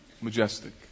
majestic